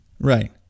Right